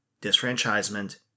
disfranchisement